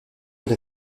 doit